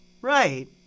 Right